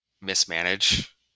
mismanage